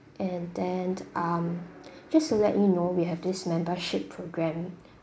and then um just to let you know we have this membership programme